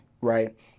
right